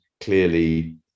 clearly